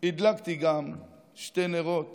שני נרות